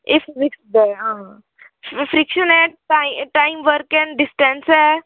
एह् फिजिक्स दा ऐ हां फ्रिक्शन ऐ टाइम वर्क एंड डिस्टेंस ऐ